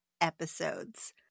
episodes